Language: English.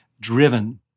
driven